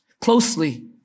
closely